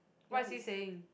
what is he saying